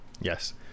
Yes